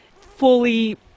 fully